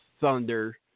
Thunder